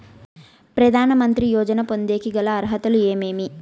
ప్రధాన మంత్రి యోజన పొందేకి గల అర్హతలు ఏమేమి?